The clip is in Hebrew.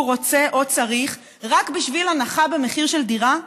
רוצה או צריך רק בשביל הנחה במחיר של דירה,